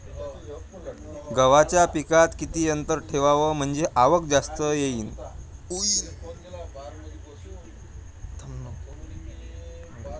गव्हाच्या पिकात किती अंतर ठेवाव म्हनजे आवक जास्त होईन?